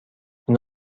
این